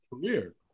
career